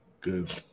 Good